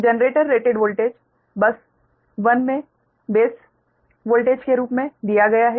तो generator rated voltage bus 1 में base voltage के रूप में दिया गया है